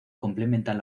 complementan